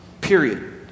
Period